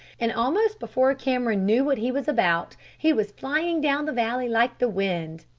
and almost before cameron knew what he was about he was flying down the valley like the wind.